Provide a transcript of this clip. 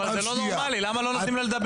אבל זה לא נורמלי, למה לא נותנים לה לדבר?